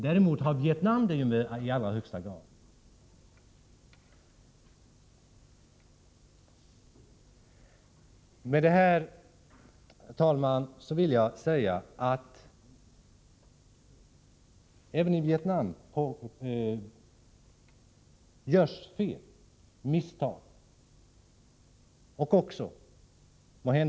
Däremot är Vietnam i allra högsta grad aktuellt i det avseendet. Herr talman! Med det här vill jag säga att det även i Vietnam görs fel och misstag, måhända också övergrepp.